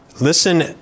Listen